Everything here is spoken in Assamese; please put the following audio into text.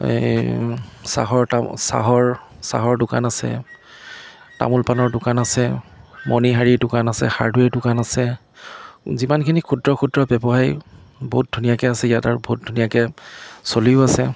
এই চাহৰ চাহৰ চাহৰ দোকান আছে তামোল পানৰ দোকান আছে মণিহাৰিৰ দোকান আছে হাৰ্ডৱে'ৰ দোকান আছে যিমানখিনি ক্ষুদ্ৰ ক্ষুদ্ৰ ব্যৱসায়ী বহুত ধুনীয়াকৈ আছে ইয়াত আৰু বহুত ধুনীয়াকৈ চলিও আছে